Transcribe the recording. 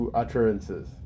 utterances